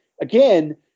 again